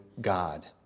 God